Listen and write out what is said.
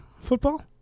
Football